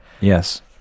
Yes